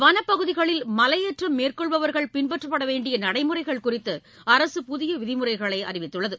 வளப்பகுதிகளில் மலையேற்றம் மேற்கொள்பவர்கள் பின்பற்றப்பட வேண்டிய நடைமுறைகள் குறித்து அரசு புதிய விதிமுறைகளை அறிவித்துள்ளது